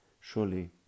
Surely